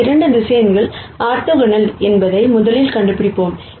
இந்த 2 vector orthogonal என்பதை முதலில் கண்டுபிடிப்போம்